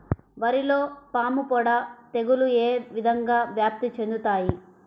వరిలో పాముపొడ తెగులు ఏ విధంగా వ్యాప్తి చెందుతాయి?